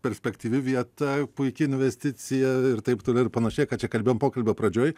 perspektyvi vieta puiki investicija ir taip toliau ir panašiai ką čia kalbėjom pokalbio pradžioj